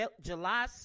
July